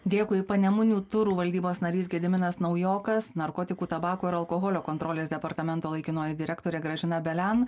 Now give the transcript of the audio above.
dėkui panemunių turų valdybos narys gediminas naujokas narkotikų tabako ir alkoholio kontrolės departamento laikinoji direktorė gražina belian